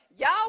Y'all